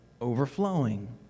overflowing